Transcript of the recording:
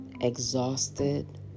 exhausted